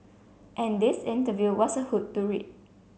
and this interview was a hoot to read